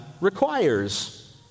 requires